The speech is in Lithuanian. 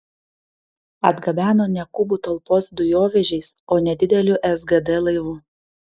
atgabeno ne kubų talpos dujovežiais o nedideliu sgd laivu